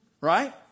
right